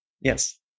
Yes